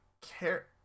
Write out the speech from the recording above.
care